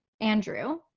Andrew